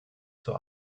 zur